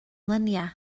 luniau